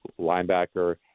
linebacker